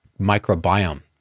microbiome